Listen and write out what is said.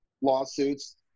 lawsuits